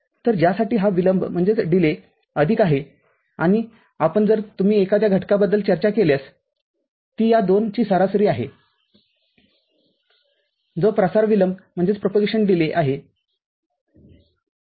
तर ज्यासाठी हा विलंब अधिक आहे आणि आपण जर तुम्ही एखाद्या घटकाबद्दल चर्चा केल्यास ती या दोनची सरासरी आहे जो प्रसार विलंब आहे